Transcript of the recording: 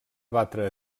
abatre